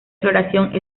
floración